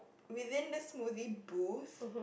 within the smoothie booth